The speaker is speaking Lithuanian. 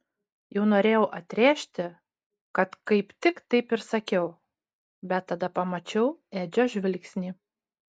jau norėjau atrėžti kad kaip tik taip ir sakiau bet tada pamačiau edžio žvilgsnį